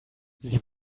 sie